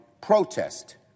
Protest